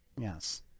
Yes